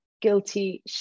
guilty